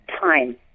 time